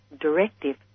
directive